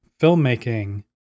filmmaking